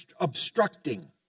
obstructing